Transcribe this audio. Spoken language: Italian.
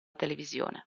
televisione